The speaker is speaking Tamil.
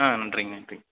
ஆ நன்றிங்க நன்றி